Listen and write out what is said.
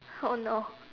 oh no